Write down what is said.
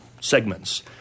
segments